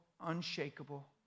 unshakable